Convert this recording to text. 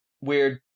weird